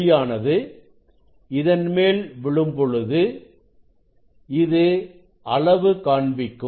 ஒளியானது இதன் மேல் விழும் பொழுது இது அளவு காண்பிக்கும்